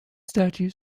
statues